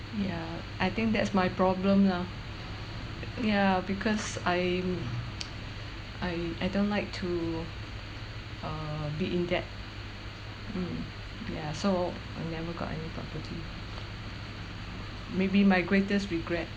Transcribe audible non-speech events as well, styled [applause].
yeah I think that's my problem lah ya because I um [noise] I I don't like to err be in debt mm ya so I never got any property maybe my greatest regret